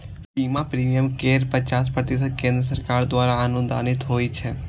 बीमा प्रीमियम केर पचास प्रतिशत केंद्र सरकार द्वारा अनुदानित होइ छै